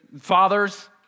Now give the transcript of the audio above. fathers